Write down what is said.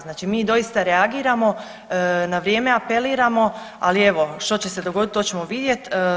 Znači mi doista reagiramo, na vrijeme apeliramo, ali evo što će se dogodit to ćemo vidjet.